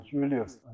Julius